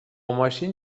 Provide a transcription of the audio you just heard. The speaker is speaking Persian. ماشین